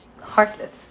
heartless